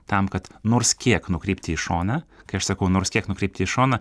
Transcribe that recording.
tam kad nors kiek nukrypti į šoną kai aš sakau nors kiek nukrypti į šoną